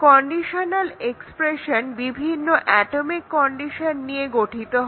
conditional expression বিভিন্ন atomic condition নিয়ে গঠিত হয়